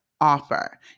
offer